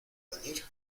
venir